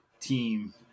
team